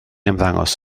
ymddangos